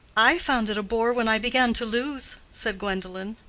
i found it a bore when i began to lose, said gwendolen.